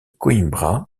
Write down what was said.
coimbra